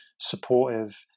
supportive